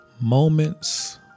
Moments